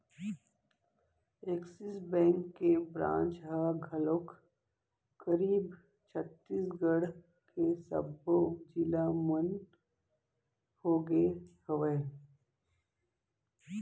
Axis bank के ब्रांच ह घलोक करीब छत्तीसगढ़ के सब्बो जिला मन होगे हवय